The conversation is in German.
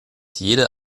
jede